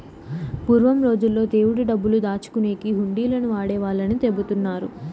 పూర్వం రోజుల్లో దేవుడి డబ్బులు దాచుకునేకి హుండీలను వాడేవాళ్ళని చెబుతున్నారు